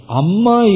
amma